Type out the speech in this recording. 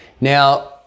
Now